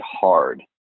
hard